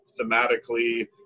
thematically